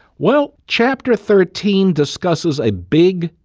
well, chapter thirteen discusses a big,